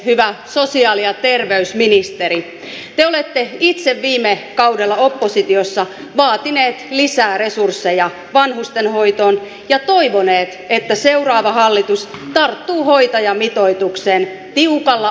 hyvä sosiaali ja terveysministeri te olette itse viime kaudella oppositiossa vaatinut lisää resursseja vanhustenhoitoon ja toivonut että seuraava hallitus tarttuu hoitajamitoitukseen tiukalla otteella